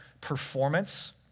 performance